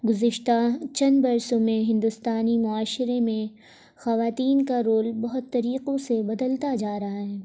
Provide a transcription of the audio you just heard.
گزشتہ چند برسوں میں ہندوستانی معاشرے میں خواتین کا رول بہت طریقوں سے بدلتا جا رہا ہے